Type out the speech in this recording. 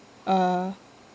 uh